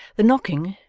the knocking,